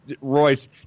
Royce